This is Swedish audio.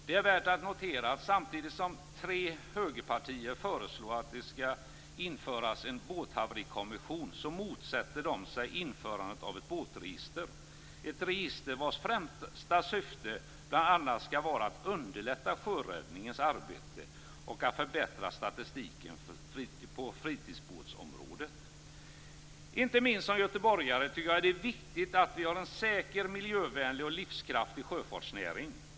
Det är värt att notera att tre högerpartier föreslår att det skall införas en båthaverikommission samtidigt som de motsätter sig införandet av ett båtregister - ett register vars främsta syfte skall vara att underlätta sjöräddningens arbete och att förbättra statistiken på fritidsbåtsområdet. Inte minst som göteborgare tycker jag att det är viktigt att vi har en säker, miljövänlig och livskraftig sjöfartsnäring.